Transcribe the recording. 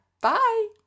Bye